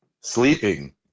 sleeping